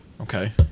Okay